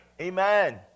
Amen